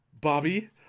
Bobby